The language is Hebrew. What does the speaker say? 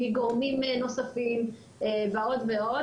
מגורמים נוספים ועוד ועוד,